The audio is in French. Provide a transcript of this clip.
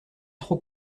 trop